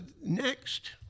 Next